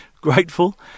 grateful